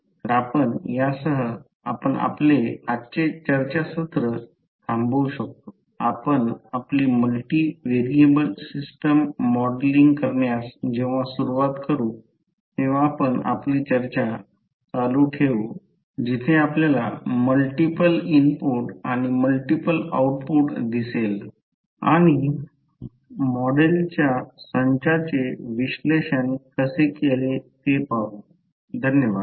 तर यासह आपण आपले आजचे चर्चा सत्र थांबू शकतो आपण आपली मल्टि व्हेरिएबल सिस्टम मॉडेलिंग करण्यास जेव्हा सुरूवात करू तेव्हा आपण आपली चर्चा चालू ठेऊ जेथे आपल्याला मल्टिपल इनपुट आणि मल्टिपल आउटपुट दिसेल आणि मॉडेलच्या संचाचे विश्लेषण कसे केले ते पाहू धन्यवाद